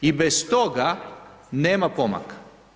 I bez toga nema pomaka.